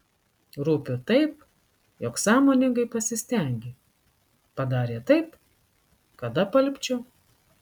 rūpiu taip jog sąmoningai pasistengė padarė taip kad apalpčiau